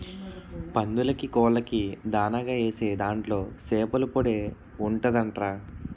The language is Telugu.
పందులకీ, కోళ్ళకీ దానాగా ఏసే దాంట్లో సేపల పొడే ఉంటదంట్రా